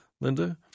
Linda